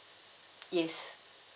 yes